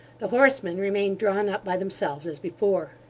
the horsemen remained drawn up by themselves as before